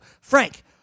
Frank